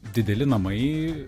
dideli namai